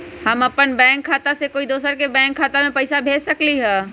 हम अपन बैंक खाता से कोई दोसर के बैंक खाता में पैसा कैसे भेज सकली ह?